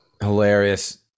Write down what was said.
Hilarious